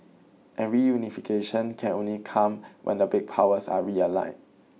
and reunification can only come when the big powers are realigned